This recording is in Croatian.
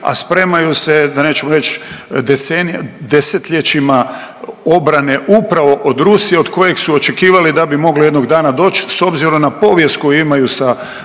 a spremaju se da nećemo reći decenijama, desetljećima obrane upravo od Rusije od kojeg su očekivali da bi moglo jednog dana doći s obzirom na povijest koju imaju sa Rusijom,